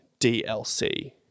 DLC